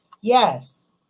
Yes